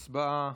הצבעה.